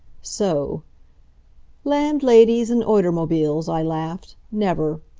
so landladies and oitermobiles! i laughed. never!